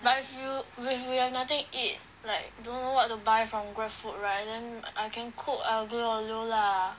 but if you if we have nothing to eat like don't know what to buy from Grabfood right than I can cook aglio olio lah